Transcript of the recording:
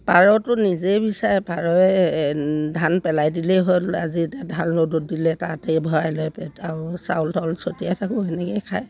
পাৰটো নিজেই বিচাৰে পাৰয়ে ধান পেলাই দিলেই হ'ল আজি এতিয়া ধান ৰ'দত দিলে তাতেই ভৰাই লৈ চাউল তাউল ছটিয়াই থাকোঁ সেনেকৈয়ে খায়